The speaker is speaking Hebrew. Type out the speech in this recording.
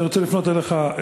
אני רוצה לפנות אליך,